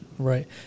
Right